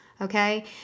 Okay